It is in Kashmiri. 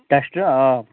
ٹیسٹ آ